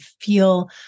feel